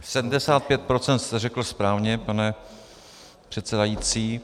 Sedmdesátpět procent jste řekl správně, pane předsedající.